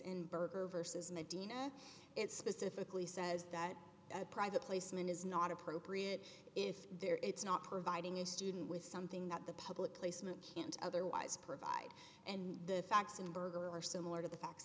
in burger versus medina it specifically says that a private placement is not appropriate if there it's not providing a student with something that the public placement can't otherwise provide and the facts and berger are similar to the facts